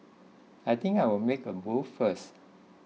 I think I'll make a move first